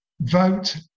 vote